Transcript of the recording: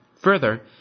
Further